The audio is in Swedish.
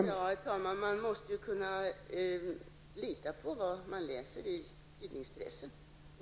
Herr talman! Man måste ju kunna lita på vad man läser i pressen.